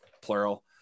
plural